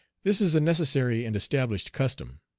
this is a necessary and established custom.